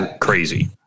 crazy